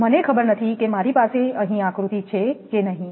મને ખબર નથી કે મારી પાસે અહીં આકૃતિ છે કે નહીં